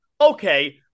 okay